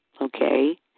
okay